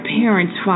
parents